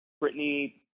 Brittany